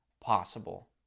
possible